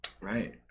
Right